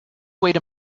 wait